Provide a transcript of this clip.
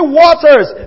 waters